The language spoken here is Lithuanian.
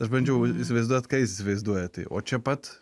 aš bandžiau įsivaizduot ką jis įsivaizduoja o čia pat